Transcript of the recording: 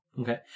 Okay